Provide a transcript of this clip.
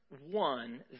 one